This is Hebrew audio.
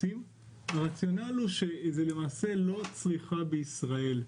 הרציונל הוא שזה למעשה לא צריכה בישראל,